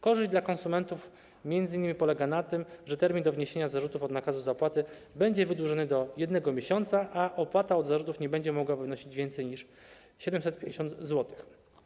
Korzyść dla konsumentów m.in. polega na tym, że termin do wniesienia zarzutów od nakazu zapłaty będzie wydłużony do 1 miesiąca, a opłata od zarzutów nie będzie mogła wynosić więcej niż 750 zł.